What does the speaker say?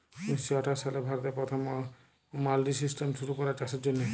উনিশ শ আঠাশ সালে ভারতে পথম মাল্ডি সিস্টেম শুরু ক্যরা চাষের জ্যনহে